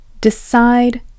decide